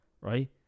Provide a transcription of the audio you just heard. right